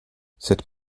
cette